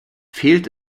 fehlt